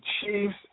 Chiefs